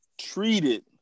treated